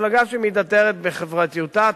מפלגה שמתהדרת בחברתיותה,